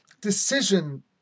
decision